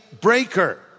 breaker